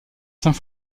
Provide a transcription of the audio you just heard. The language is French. saint